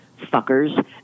fuckers